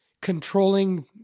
controlling